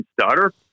starter